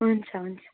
हुन्छ हुन्छ